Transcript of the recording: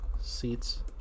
Seats